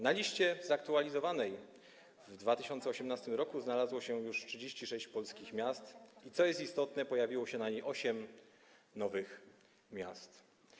Na zaktualizowanej w 2018 r. liście znalazło się już 36 polskich miast i co jest istotne - pojawiło się na niej osiem nowych miast.